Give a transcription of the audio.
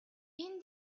энэ